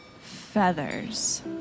Feathers